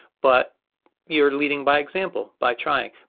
but you're leading by example, by trying.